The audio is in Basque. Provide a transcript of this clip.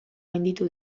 gainditu